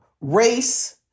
race